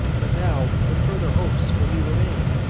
but now what further hopes for me remain,